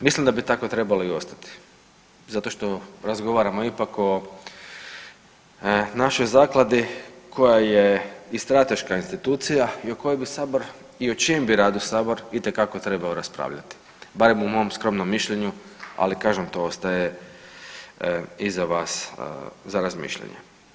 Mislim da bi tako trebalo i ostati zato što razgovaramo ipak o našoj zakladi koja je i strateška institucija i o kojoj bi sabor i o čijem bi radu sabor itekako trebao raspravljati, barem u mom skromnom mišljenju, ali kažem to ostaje i za vas za razmišljanje.